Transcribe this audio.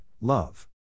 love